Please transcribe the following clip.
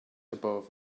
above